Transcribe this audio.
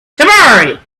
tomorrow